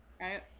Right